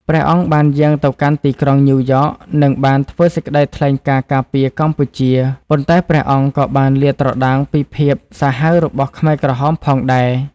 ព្រះអង្គបានយាងទៅកាន់ទីក្រុងញូវយ៉ក និងបានធ្វើសេចក្ដីថ្លែងការណ៍ការពារកម្ពុជា ប៉ុន្តែព្រះអង្គក៏បានលាតត្រដាងពីភាពសាហាវរបស់ខ្មែរក្រហមផងដែរ។